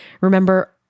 remember